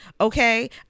okay